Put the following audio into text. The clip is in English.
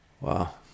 Wow